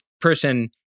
person